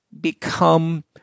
become